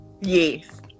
yes